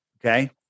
okay